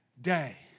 day